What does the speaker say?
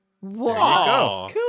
Wow